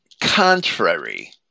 contrary